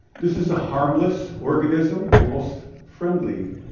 this is a harmless organism, almost friendly,